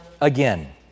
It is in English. again